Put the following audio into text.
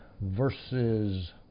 verses